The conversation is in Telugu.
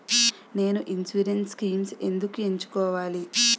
నేను ఇన్సురెన్స్ స్కీమ్స్ ఎందుకు ఎంచుకోవాలి?